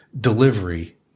delivery